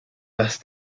las